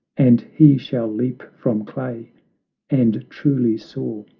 and he shall leap from clay and truly soar,